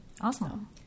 Awesome